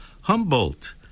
Humboldt